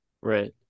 Right